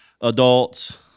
adults